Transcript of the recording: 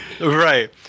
right